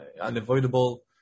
unavoidable